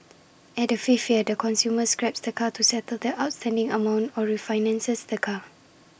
at the fifth year the consumer scraps the car to settle the outstanding amount or refinances the car